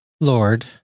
Lord